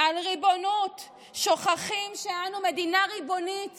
על ריבונות שוכחים שאנו מדינה ריבונית